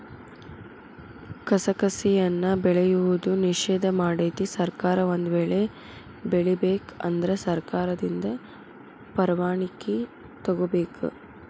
ಕಸಕಸಿಯನ್ನಾ ಬೆಳೆಯುವುದು ನಿಷೇಧ ಮಾಡೆತಿ ಸರ್ಕಾರ ಒಂದ ವೇಳೆ ಬೆಳಿಬೇಕ ಅಂದ್ರ ಸರ್ಕಾರದಿಂದ ಪರ್ವಾಣಿಕಿ ತೊಗೊಬೇಕ